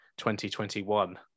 2021